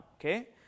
Okay